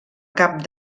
cap